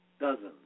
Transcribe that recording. Dozens